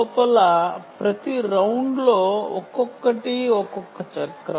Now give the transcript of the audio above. లోపల ప్రతి రౌండ్లో ఒక్కొక్కటి ఒక్కొక్క సైకిల్